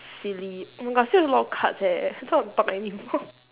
silly oh my god still have a lot of cards eh I don't want talk anymore